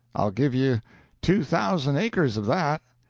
i'll give you two thousand acres of that.